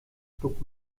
schlug